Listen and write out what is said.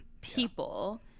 people